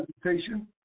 presentation